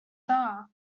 dda